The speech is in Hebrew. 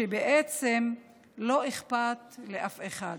בעצם לא אכפת לאף אחד.